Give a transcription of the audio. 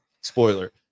Spoiler